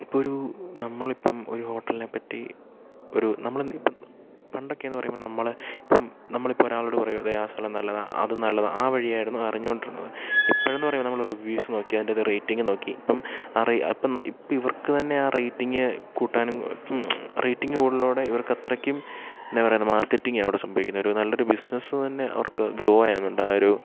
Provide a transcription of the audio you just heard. ഇപ്പോള് ഒരു നമ്മളിപ്പം ഒരു ഹോട്ടലിനെപ്പറ്റി ഒരു നമ്മള് ഇപ്പോള് പണ്ടൊക്കെയെന്ന് പറയുമ്പോള് നമ്മള് ഇപ്പം നമ്മളിപ്പോള് ഒരാളോട് പറയുകയാണ് അതേ ആ സ്ഥലം നല്ലതാണ് അത് നല്ലതാണ് ആ വഴിയായിരുന്നു അറിഞ്ഞുകൊണ്ടിരുന്നത് ഇപ്പോഴെന്ന് പറയുമ്പോള് നമ്മള് റിവ്യൂസ് നോക്കി അതിൻ്റെ റേറ്റിങ്ങ് നോക്കി ഇപ്പം ഇപ്പ ഇവർക്ക് തന്നെ ആ റേറ്റിംഗ് കൂട്ടാനും ഇപ്പം റേറ്റിംഗ് കൂടുന്നതിലൂടെ ഇവർക്കത്രയ്ക്കും എന്താണ് പറയുന്നത് മാർക്കറ്റിങ് അവിടെ സംഭവിക്കുന്നത് ഒരു നല്ലൊരു ബിസിനസ്സ് തന്നെ അവർക്ക് ഗ്രോ ആകുന്നുണ്ട് ആ ഒരു